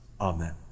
Amen